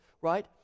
right